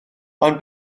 ond